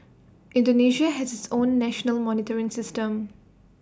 Indonesia has its own national monitoring system